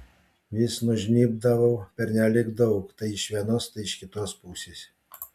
vis nužnybdavau pernelyg daug tai iš vienos tai iš kitos pusės